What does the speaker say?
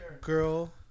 girl